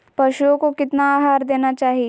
पशुओं को कितना आहार देना चाहि?